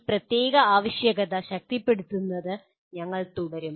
ഈ പ്രത്യേക ആവശ്യകത ശക്തിപ്പെടുത്തുന്നത് ഞങ്ങൾ തുടരും